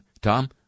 Tom